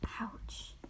ouch